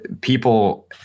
people